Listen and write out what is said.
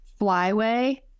flyway